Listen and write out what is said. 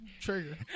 Trigger